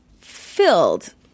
filled